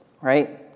right